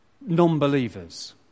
non-believers